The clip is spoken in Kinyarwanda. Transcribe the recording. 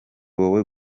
wowe